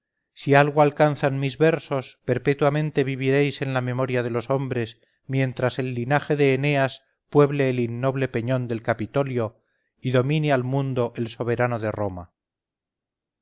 si algo alcanzan mis versos perpetuamente viviréis en la memoria de los hombres mientras el linaje de eneas pueble el inmoble peñón del capitolio y domine al mundo el soberano de roma